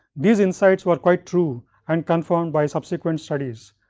these insights were quite true and confirmed by subsequent studies,